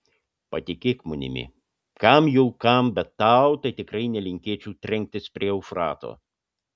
patikėk manimi kam jau kam bet tau tai tikrai nelinkėčiau trenktis prie eufrato